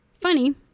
Funny